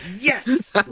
yes